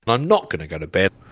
and i'm not going to go to bed.